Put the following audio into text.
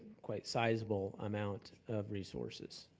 quite sizeable amount of resources.